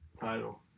Title